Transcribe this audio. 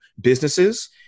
businesses